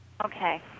Okay